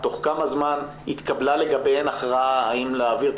תוך כמה זמן התקבלה לגביהן הכרעה האם להעביר את